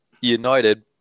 United